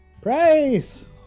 price